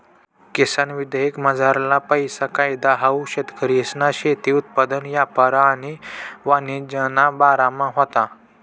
किसान विधेयकमझारला पैला कायदा हाऊ शेतकरीसना शेती उत्पादन यापार आणि वाणिज्यना बारामा व्हता